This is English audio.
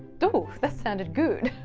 that sounded good